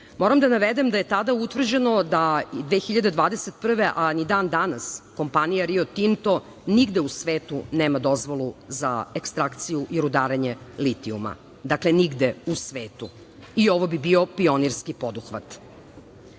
moram da navedem da je tada utvrđeno, 2021. godine, a ni dan danas, kompanija "Rio Tinto" nigde u svetu nema dozvolu za ekstrakciju i rudarenje litijuma. Dakle, nigde u svetu i ovo bi bio pionirski poduhvat. Dana